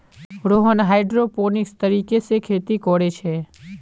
Rohan hydroponics तरीका से खेती कोरे छे